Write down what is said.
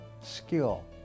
skill